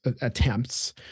attempts